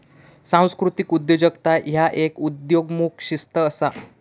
सांस्कृतिक उद्योजकता ह्य एक उदयोन्मुख शिस्त असा